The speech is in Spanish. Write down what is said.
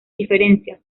diferencias